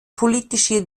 politische